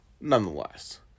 Nonetheless